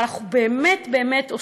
אבל אנחנו באמת באמת עושים,